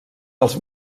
dels